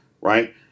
right